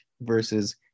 versus